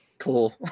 cool